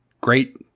Great